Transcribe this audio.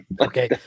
Okay